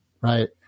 Right